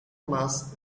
mass